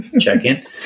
check-in